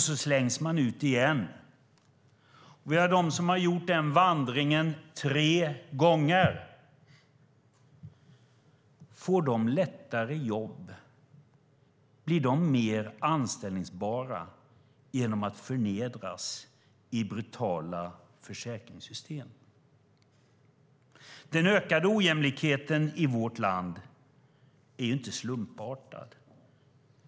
Så slängs man ut igen. Vi har dem som har gjort den vandringen tre gånger. Får de lättare jobb? Blir de mer anställbara genom att de förnedras i brutala försäkringssystem? Den ökade ojämlikheten i vårt land är inte slumpartad.